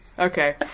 okay